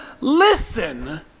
Listen